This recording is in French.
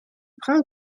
prends